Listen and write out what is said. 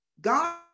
God